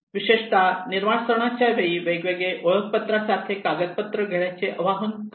विशेषतः निर्वासणाच्या वेळेची वेगवेगळे ओळखपत्रा सारखे कागदपत्रे घेण्याचे आवाहन करणे